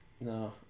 No